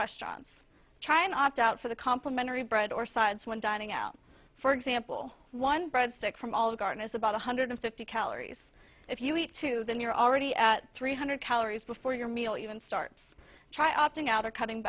restaurants try an opt out for the complimentary bread or sides when dining out for example one breadstick from all the garden is about one hundred fifty calories if you eat two then you're already at three hundred calories before your meal even starts try opting out or cutting